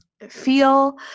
feel